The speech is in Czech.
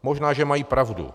Možná že mají pravdu.